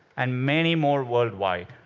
and many more worldwide.